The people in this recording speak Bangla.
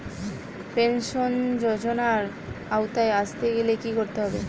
পেনশন যজোনার আওতায় আসতে গেলে কি করতে হবে?